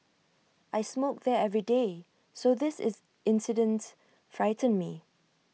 I smoke there every day so this is incidents frightened me